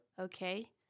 Okay